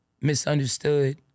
misunderstood